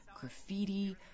graffiti